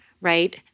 right